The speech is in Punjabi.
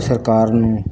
ਸਰਕਾਰ ਨੂੰ